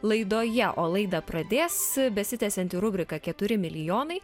laidoje o laidą pradės besitęsianti rubrika keturi milijonai